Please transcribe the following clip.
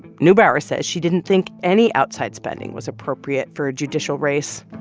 neubauer says she didn't think any outside spending was appropriate for a judicial race.